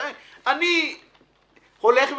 אז מה, אני מתחיל לצפור כמו כל המשוגעים?